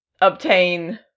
obtain